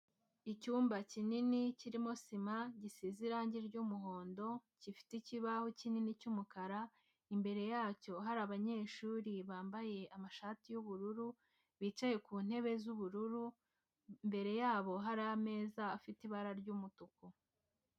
Icyumba kinini kirimo sima gisize irangi ry'muhondo, gifite ikibaho kinini cy'umukara imbere yacyo hari abanyeshuri bambaye amashati y'ubururu, bicaye ku ntebe z'ubururu, imbere yabo hari ameza afite ibara ry'umutuku.